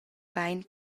bein